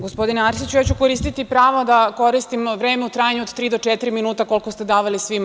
Gospodine Arsiću, ja ću koristiti pravo da koristim vreme u trajanju od tri do četiri minuta koliko ste davali svima.